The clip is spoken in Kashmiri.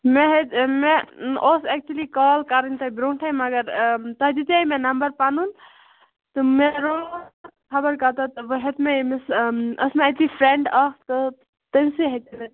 مےٚ حَظ مےٚ اوس ایکچُلی کال کرٕنۍ تۄہہِ برونٹھے مگر آ تۄہہِ دِژیو مےٚ نمبر پنُن تہٕ مےٚ روو خبر کتیتھ وۄں ہیوٚت مےٚ ییٚمِس اۭں ٲسۍ مےٚ اتی فرینڈ اکھ تہِ تمسٕے ہیژیو مےٚ تُہنٛد نمبر